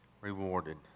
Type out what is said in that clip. rewarded